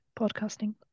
podcasting